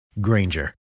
Granger